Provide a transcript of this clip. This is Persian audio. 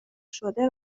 شده